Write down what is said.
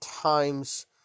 times